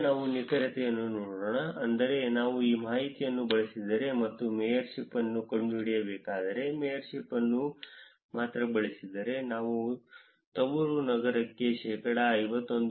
ಈಗ ನಾವು ನಿಖರತೆಯನ್ನು ನೋಡೋಣ ಅಂದರೆ ನಾನು ಈ ಮಾಹಿತಿಯನ್ನು ಬಳಸಿದರೆ ಮತ್ತು ಮೇಯರ್ಶಿಪ್ ಅನ್ನು ಕಂಡುಹಿಡಿಯಬೇಕಾದರೆ ಮೇಯರ್ಶಿಪ್ ಅನ್ನು ಮಾತ್ರ ಬಳಸಿದರೆ ನಾನು ತವರು ನಗರವನ್ನು ಶೇಕಡಾ 51